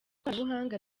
ikoranabuhanga